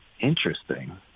Interesting